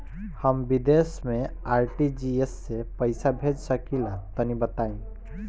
हम विदेस मे आर.टी.जी.एस से पईसा भेज सकिला तनि बताई?